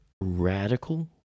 radical